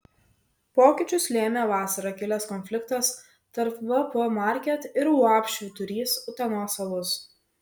pokyčius lėmė vasarą kilęs konfliktas tarp vp market ir uab švyturys utenos alus